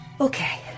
Okay